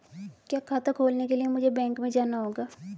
क्या खाता खोलने के लिए मुझे बैंक में जाना होगा?